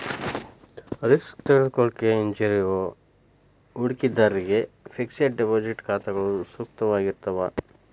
risk ತೆಗೆದುಕೊಳ್ಳಿಕ್ಕೆ ಹಿಂಜರಿಯೋ ಹೂಡಿಕಿದಾರ್ರಿಗೆ ಫಿಕ್ಸೆಡ್ ಡೆಪಾಸಿಟ್ ಖಾತಾಗಳು ಸೂಕ್ತವಾಗಿರ್ತಾವ